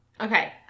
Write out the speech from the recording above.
okay